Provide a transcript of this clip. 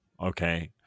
Okay